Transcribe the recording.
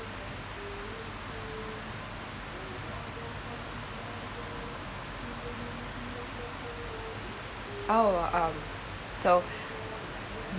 oh um so